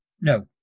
no